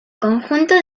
conjunto